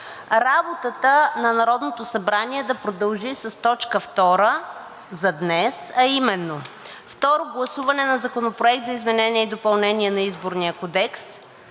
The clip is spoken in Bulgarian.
работата на Народното събрание да продължи с точка втора за днес, а именно второ гласуване на Законопроекта за изменение и допълнение на Изборния кодекс,